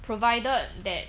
provided that